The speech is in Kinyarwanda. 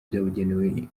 byabugenewe